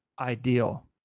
ideal